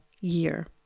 year